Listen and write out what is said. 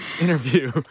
Interview